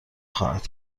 خواهد